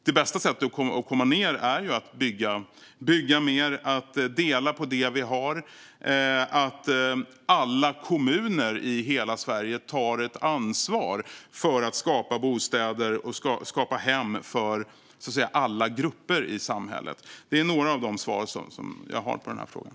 Det bästa sättet för att få ned talen är att bygga mer och dela på det vi har samt att alla kommuner i hela Sverige tar ansvar för att skapa bostäder och hem för alla grupper i samhället. Detta var några av de svar jag har på frågan.